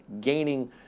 gaining